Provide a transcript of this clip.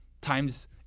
times